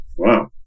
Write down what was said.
Wow